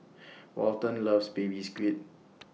Walton loves Baby Squid